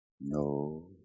No